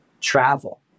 travel